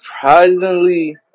surprisingly